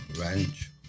ranch